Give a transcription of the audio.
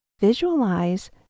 Visualize